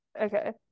Okay